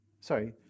Sorry